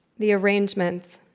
the arrangements